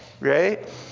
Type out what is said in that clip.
right